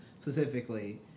specifically